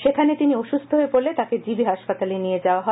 সেখানে তিনি অসুস্থ হয়ে পরলে তাকে জিবি হাসপাতালে নিয়ে যাওয়া হয়